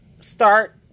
start